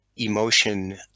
emotion